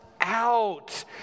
out